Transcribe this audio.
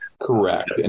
Correct